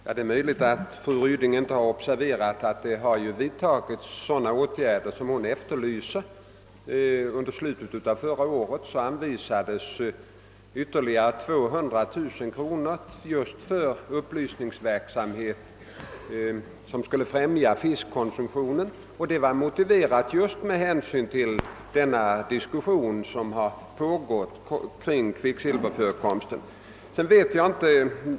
Herr talman! Det är möjligt att fru Ryding inte ::observerat att sådana åtgärder:som hon efterlyser har vidtagits. I slutet: av förra året. anvisades ytterligare 200 000: kronor just för upplysningsverksamhet som skulle främja fiskkonsumtionen. Detta extra anslag var motiverat just med "hänsyn till den diskussion om kvicksilverförekormsten som pågått.